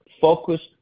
focused